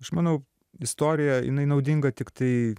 aš manau istorija jinai naudinga tiktai